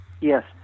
Yes